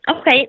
Okay